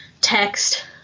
text